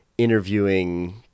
interviewing